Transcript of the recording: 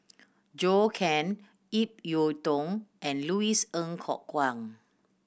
Zhou Can Ip Yiu Tung and Louis Ng Kok Kwang